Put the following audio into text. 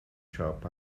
siop